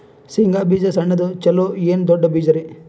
ಶೇಂಗಾ ಬೀಜ ಸಣ್ಣದು ಚಲೋ ಏನ್ ದೊಡ್ಡ ಬೀಜರಿ?